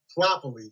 properly